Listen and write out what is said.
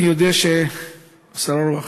השר אורבך,